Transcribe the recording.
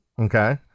okay